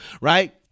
right